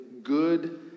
good